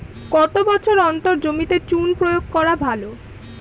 কত বছর অন্তর জমিতে চুন প্রয়োগ করা ভালো?